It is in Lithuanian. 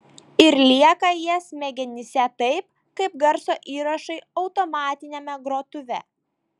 ir lieka jie smegenyse taip kaip garso įrašai automatiniame grotuve